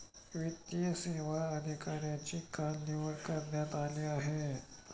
वित्तीय सेवा अधिकाऱ्यांची काल निवड करण्यात आली आहे